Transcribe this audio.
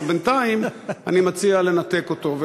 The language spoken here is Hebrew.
אבל בינתיים אני מציע לנתק אותו.